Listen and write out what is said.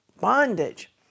bondage